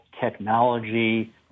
technology